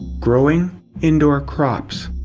growing indoor crops.